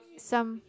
some